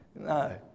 No